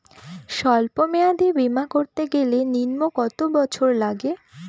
সল্প মেয়াদী বীমা করতে গেলে নিম্ন কত বছর লাগে?